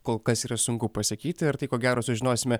kol kas yra sunku pasakyti ir tai ko gero sužinosime